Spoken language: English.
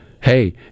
hey